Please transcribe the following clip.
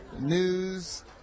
news